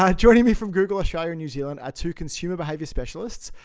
ah joining me from google australia and new zealand are two consumer behavior specialists.